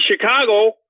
Chicago